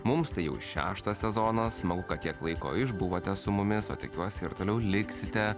mums tai jau šeštą sezoną smagu kad tiek laiko išbuvote su mumis o tikiuosi ir toliau liksite